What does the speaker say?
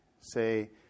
say